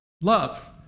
love